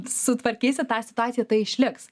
sutvarkysit tą situaciją tai išliks